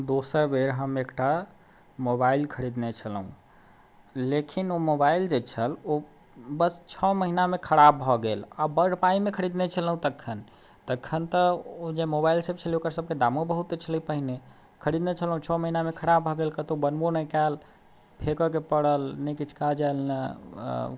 दोसर बेर हम एकटा मोबाइल खरीदने छलहुॅं लेकिन ओ मोबाइल जे छल ओ बस छओ महिना मे खराब भऽ गेल आब बड़ पाइ मे खरीदने छलहुॅं तखन तखन तऽ ओ जे मोबाइल सभ छलै हँ ओकर सभके दामो बहुत छलै पहिने खरीदने छलहुॅं छओ महिना मे खराब भऽ गेल कतौ बनबो नहि कयल फेकऽ के पड़ल नहि किछु काज आयल ने